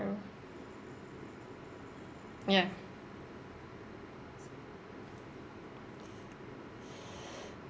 ya